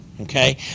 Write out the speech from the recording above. okay